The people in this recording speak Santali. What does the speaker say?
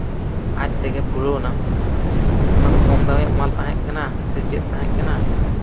ᱟᱡ ᱛᱮᱜᱮ ᱯᱷᱩᱞᱟᱹᱣᱮᱱᱟ ᱛᱟᱦᱮᱸ ᱠᱟᱱᱟ ᱥᱮ ᱪᱮᱫ ᱛᱟᱦᱮᱸ ᱠᱟᱱᱟ